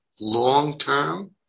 Long-term